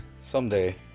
someday